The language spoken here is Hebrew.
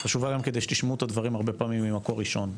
חשובה גם כדי שתשמעו את הדברים הרבה פעמים ממקור ראשון.